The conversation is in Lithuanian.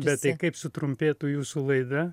bet tai kaip sutrumpėtų jūsų laida